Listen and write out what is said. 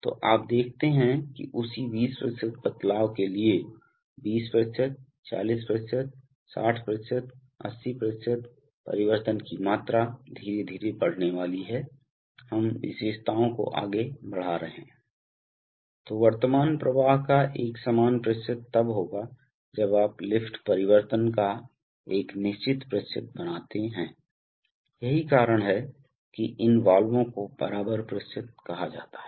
तो आप देखते हैं कि उसी 20 बदलाव के लिए 20 40 60 80 परिवर्तन की मात्रा धीरे धीरे बढ़ने वाली है इस विशेषताओं को आगे बढ़ा रही हैI तो वर्तमान प्रवाह का एक समान प्रतिशत तब होगा जब आप लिफ्ट परिवर्तन का एक निश्चित प्रतिशत बनाते हैं यही कारण है कि इन वाल्वों को बराबर प्रतिशत कहा जाता है